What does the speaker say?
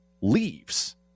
leaves